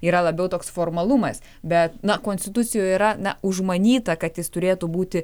yra labiau toks formalumas bet na konstitucijoje yra ne užmanyta kad jis turėtų būti